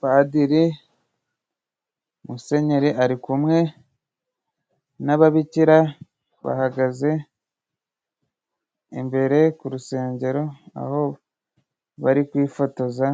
Padiri, Musenyeri ari kumwe n'ababikira bahagaze imbere ku rusengero, aho bari kwifotoza